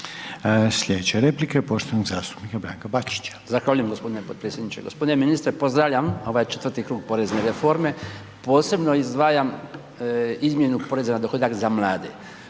Slijedeća je replika poštovanog zastupnika Branka Bačića.